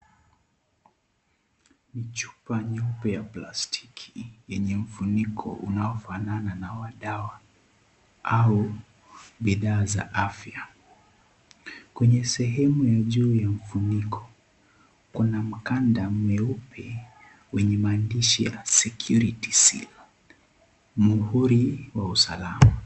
Ni chupa nyeupe ya plastiki, yenye mfuniko unaofanana na wa dawa, au, bidhaa za afya, kwenye sehemu ya juu ya mfuniko, kuna makanda, meupe, wenye maandishi ya, (cs)security seal(cs), muhuri, wa usalama.